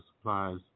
supplies